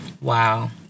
Wow